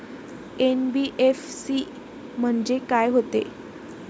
NBFC म्हणजे का होते?